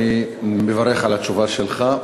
אני מברך על התשובה שלך.